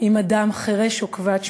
עם אדם חירש או כבד שמיעה.